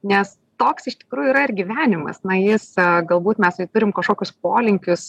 nes toks iš tikrųjų yra ir gyvenimas na jis galbūt mes turim kažkokius polinkius